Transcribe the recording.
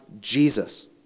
Jesus